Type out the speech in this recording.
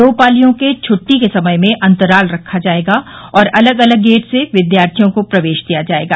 दो पालियो के छुट्टी के समय में अंतराल रखा जायेगा और अलग अलग गेट से विद्यार्थियों को प्रवेश दिया जायेगा